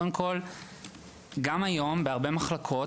קודם כול גם היום בהרבה מחלקות,